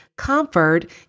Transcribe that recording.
comfort